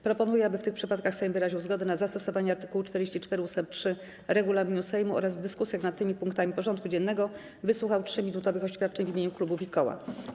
Proponuję, aby w tych przypadkach Sejm wyraził zgodę na zastosowanie art. 44 ust. 3 regulaminu Sejmu oraz w dyskusjach nad tymi punktami porządku dziennego wysłuchał 3-minutowych oświadczeń w imieniu klubów i koła.